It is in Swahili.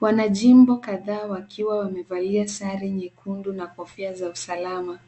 Wanajimbo kadhaa wakiwa wamevalia sare nyekundu na kofia za usalama,